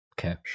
Okay